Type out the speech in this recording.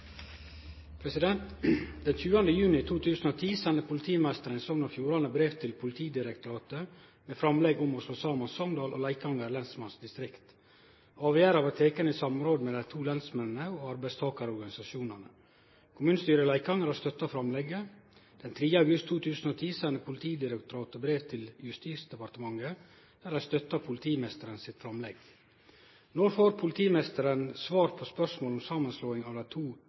«Den 20. juni 2010 sende politimeisteren i Sogn og Fjordane brev til Politidirektoratet med framlegg om å slå saman Sogndal og Leikanger lensmannsdistrikt. Avgjerda var teken i samråd med dei to lensmennene og arbeidstakarorganisasjonane. Kommunestyret i Leikanger har støtta framlegget. Den 3. august 2010 sende Politidirektoratet brev til Justisdepartementet der dei støtta politimeisteren sitt framlegg. Når får politimeisteren svar på spørsmålet om samanslåing av dei to